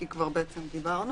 כי כבר בעצם דיברנו,